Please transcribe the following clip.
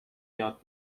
یاد